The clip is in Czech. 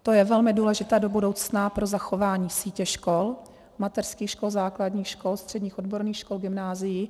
To je velmi důležité do budoucna pro zachování sítě škol, mateřských škol, základních škol, středních odborných škol, gymnázií.